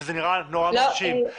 שזה נראה נורא מרשים.